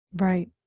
Right